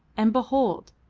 and behold!